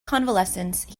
convalescence